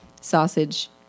sausage